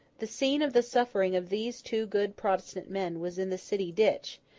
the scene of the suffering of these two good protestant men was in the city ditch,